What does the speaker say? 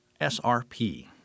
srp